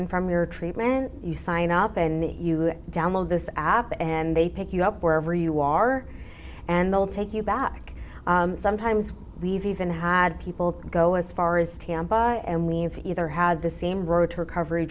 and from your treatment you sign up and you download this app and they pick you up wherever you are and they'll take you back sometimes leave even had people go as far as tampa and leave either had the same road to recovery